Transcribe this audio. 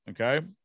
okay